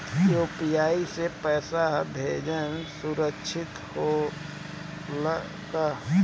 UPI से पैसा भेजल सुरक्षित होला का?